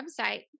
website